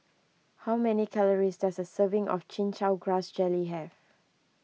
how many calories does a serving of Chin Chow Grass Jelly have